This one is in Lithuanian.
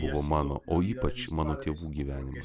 buvo mano o ypač mano tėvų gyvenimas